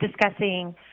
discussing